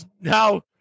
now